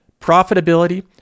profitability